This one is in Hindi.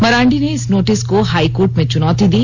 मरांडी ने इस नोटिस को हाई कोर्ट में चुनौती दी